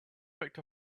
picked